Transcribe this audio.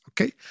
okay